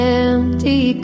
empty